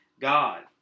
God